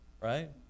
right